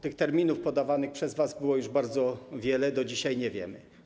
Tych terminów podawanych przez was było już bardzo wiele, do dzisiaj nie znamy odpowiedzi.